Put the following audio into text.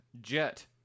Jet